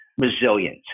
resilient